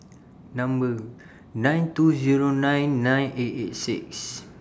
Number nine two Zero nine nine eight eight six